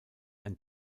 ein